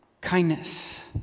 Kindness